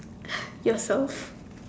yourself